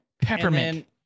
peppermint